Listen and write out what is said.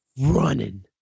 running